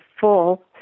full